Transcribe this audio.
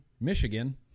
Michigan